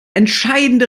entscheidende